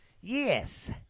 yes